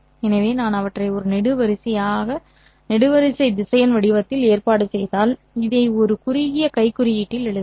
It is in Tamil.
எனவே நான் அவற்றை ஒரு நெடுவரிசை திசையன் வடிவத்தில் ஏற்பாடு செய்தால் இதை ஒரு குறுகிய கை குறியீட்டில் எழுதலாம்